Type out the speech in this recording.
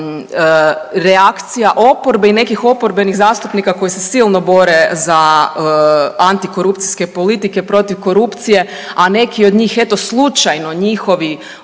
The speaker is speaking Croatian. reakcija oporbe i nekih oporbenih zastupnika koji se silno bore za antikorupcijske politike, protiv korupcije, a neki od njih, eto, slučajno njihovi